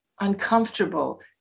uncomfortable